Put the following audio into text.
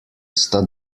sta